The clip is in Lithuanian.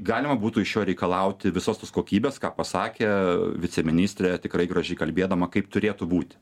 galima būtų iš jo reikalauti visos tos kokybės ką pasakė viceministrė tikrai gražiai kalbėdama kaip turėtų būti